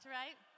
right